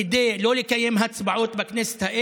כדי לא לקיים הצבעות בכנסת,